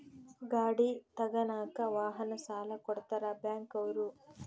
ಗಾಡಿ ತಗನಾಕ ವಾಹನ ಸಾಲ ಕೊಡ್ತಾರ ಬ್ಯಾಂಕ್ ಅವ್ರು